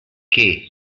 che